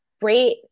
great